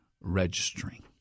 registering